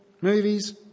movies